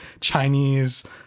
Chinese